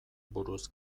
buruz